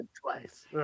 twice